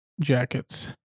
jackets